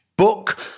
book